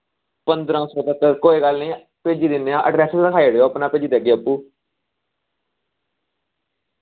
पंदरां सौ तगर कोई गल्ल नी भेजी दि'न्ने आं एड्रेस लखाई ओ ड़ेओ अपना भेजी देगे आप्पूं